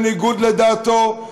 בניגוד לדעתו,